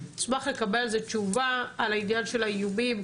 נשמח לקבל על זה תשובה על הענין של האיומים,